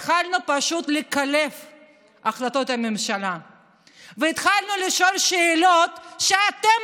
התחלנו פשוט לקלף את החלטות הממשלה והתחלנו לשאול שאלות שאתם,